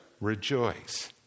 Rejoice